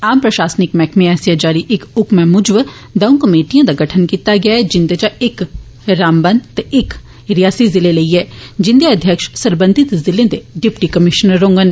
आम प्रशासनिक मैहकमे आसेया जारी इक हक्मै मुजब दंऊ कमेटियें दा गठन कीता ऐ जिन्दे चा इक रामबन ते इक रियासी जिले लेई ऐ जिन्दे अध्यक्ष सरबंधित ज़िले दे डिप्टी कमीशनर होगंन